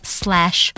slash